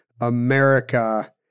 america